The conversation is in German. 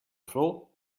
froh